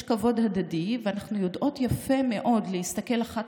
יש כבוד הדדי ואנחנו יודעות יפה מאוד להסתכל אחת